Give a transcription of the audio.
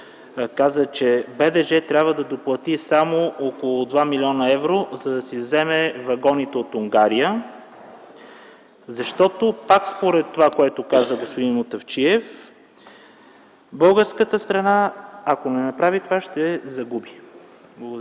каза, че БДЖ трябва да доплати само около 2 млн. евро, за да си вземе вагоните от Унгария? Защото пак според това, което каза господин Мутафчиев, ако не направи това българската